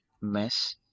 mess